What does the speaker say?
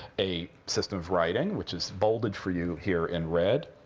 a system of writing, which is bolded for you here in red.